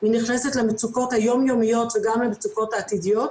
היא נכנסת למצוקות היומיומיות וגם למצוקות העתידיות.